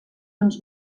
uns